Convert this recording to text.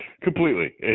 Completely